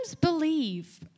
believe